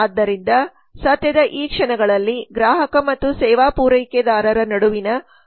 ಆದ್ದರಿಂದ ಸತ್ಯದ ಈ ಕ್ಷಣಗಳಲ್ಲಿ ಗ್ರಾಹಕ ಮತ್ತು ಸೇವಾ ಪೂರೈಕೆದಾರರ ನಡುವಿನ ಸಂವಹನವಿದೆ